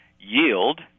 yield